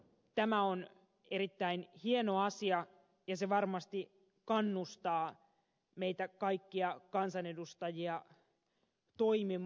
tämä on erittäin hieno asia ja se varmasti kannustaa meitä kaikkia kansanedustajia toimimaan